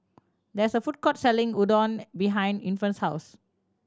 there is a food court selling Oden behind Infant's house